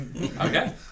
Okay